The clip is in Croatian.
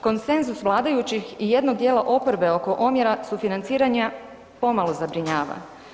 Konsenzus vladajućih i jednog dijela oporbe oko omjera sufinanciranja pomalo zabrinjava.